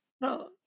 No